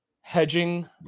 hedging